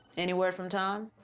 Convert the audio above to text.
any word from tom?